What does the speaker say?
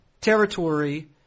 territory